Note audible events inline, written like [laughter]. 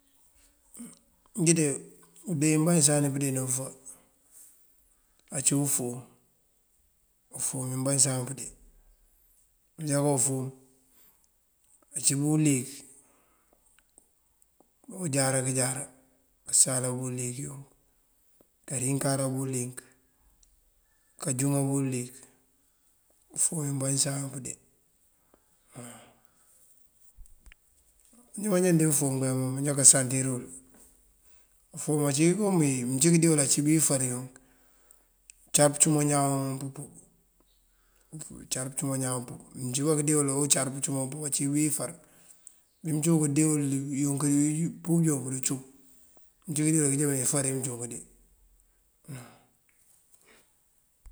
Njí de undee wí banyësan pëndeena bëfá ací ufom, ufom uwí banyësan pëndee. Injáka ufom ací uwí uliyëk oko jára kënjára asala uliyëk yun. Kariŋëkara uwí uliyëk, kanjúŋa uwí uliyëk, ufom umbanyësanu pëndee. [hesitation] Njí mandee ufom manjá kasantir uwul, ufom ací kom bí uncí këndee wul ací kom bí ifar uyunk kacar pëncuman ñaan pëpub, kacar pëcuman ñaan pëpub. Mëncí bá këndee uwul oko car kancuman ñaan pëpub oko, cí bí ifar bí cínk këndee uwul unk bí pëpub jooŋ pëcum. Mëncí bá kandee wël kënjáne ifar iyí mënjo kandee.